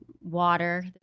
water